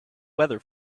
weather